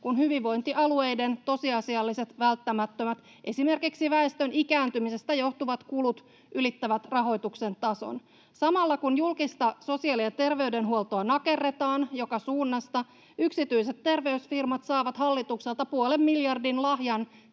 kun hyvinvointialueiden tosiasialliset, välttämättömät, esimerkiksi väestön ikääntymisestä johtuvat kulut ylittävät rahoituksen tason. Samalla kun julkista sosiaali- ja terveydenhuoltoa nakerretaan joka suunnasta, yksityiset terveysfirmat saavat hallitukselta puolen miljardin lahjan